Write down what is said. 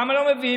למה לא מביאים?